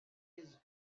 his